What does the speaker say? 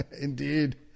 indeed